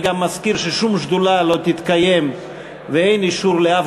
ששום ישיבת שדולה לא תתקיים ואין אישור לאף